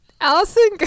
Allison